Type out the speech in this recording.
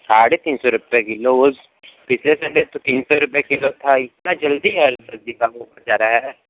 साढ़े तीन सौ रुपए किलो उस पिछले सन्डे तो तीन सौ रुपए किलो था इतना जल्दी सब्जी का दाम ऊपर जा रहा है